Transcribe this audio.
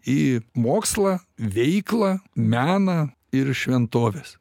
į mokslą veiklą meną ir šventoves